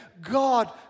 God